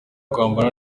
kwambara